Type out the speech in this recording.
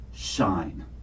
shine